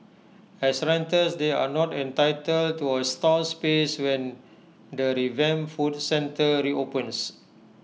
as renters they are not entitled to A stall space when the revamped food centre reopens